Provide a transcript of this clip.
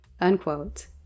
Unquote